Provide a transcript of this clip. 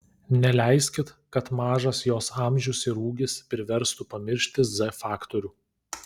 neleiskit kad mažas jos amžius ir ūgis priverstų pamiršti z faktorių